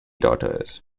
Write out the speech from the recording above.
daughters